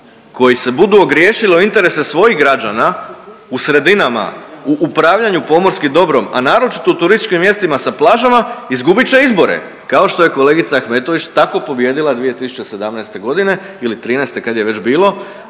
koji se budu ogriješili o interese svojih građana u sredinama u upravljanju pomorskim dobrom, a naročito u turističkim mjestima sa plažama izgubit će izbore kao što je kolegica Ahmetović tako pobijedila 2017. godine ili '13. kad je već bilo